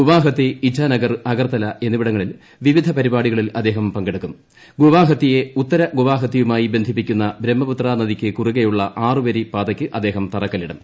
ഗുവാഹത്തി ഇറ്റാനഗർ അഗർത്തല്പ്പിഎന്നിവിടങ്ങളിൽ വിവിധ പരിപാടികളിൽ അദ്ദേഹം ഉത്തര ഗുവാഹത്തിയുമായി ബന്ധിപ്പിക്കുന്ന ബ്രഹ്മപുത്ര നദിക്കു കുറുകെയുള്ള ആറുവരി പാതയ്ക്ക് അദ്ദേഹം തറക്കല്ലിടും